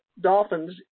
dolphins